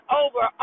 over